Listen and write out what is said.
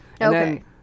Okay